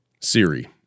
Siri